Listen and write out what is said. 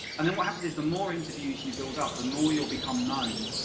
and then what happens is the more interviews you build up the more you'll become known,